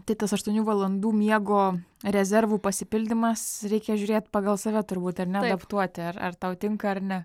tai tas aštuonių valandų miego rezervų pasipildymas reikia žiūrėt pagal save turbūt ar ne adaptuoti ar ar tau tinka ar ne